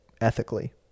ethically